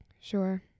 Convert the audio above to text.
Sure